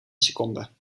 seconden